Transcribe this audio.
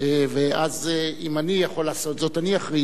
ואז, אם אני יכול לעשות זאת, אני אכריז.